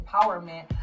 empowerment